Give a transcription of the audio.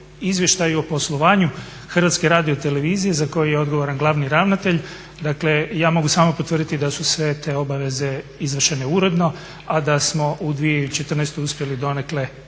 izvještaju o poslovanju Hrvatske radiotelevizije za koju je odgovoran glavni ravnatelj, dakle ja mogu samo potvrditi da su sve te obaveze izvršene uredno, a da smo u 2014. uspjeli donekle